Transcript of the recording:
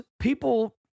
people